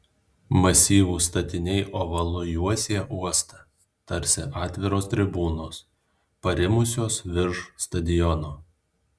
masyvūs statiniai ovalu juosė uostą tarsi atviros tribūnos parimusios virš stadiono